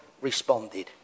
responded